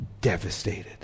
devastated